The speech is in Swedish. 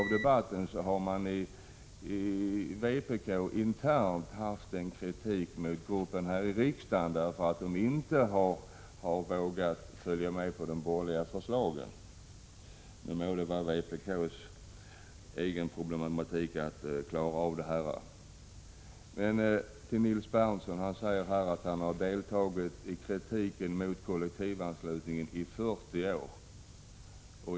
Av debatten framgår att man i vpk internt anfört kritik mot riksdagsgruppen därför att den inte har vågat gå med på de borgerliga förslagen. Det må vara vpk:s egen sak att klara av den problematiken. Nils Berndtson säger här att han deltagit i kritiken mot kollektivanslutningen under 40 år.